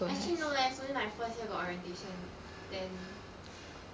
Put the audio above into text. actually no leh is only my first year got orientation then